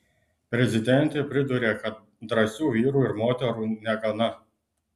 prezidentė priduria kad drąsių vyrų ir moterų negana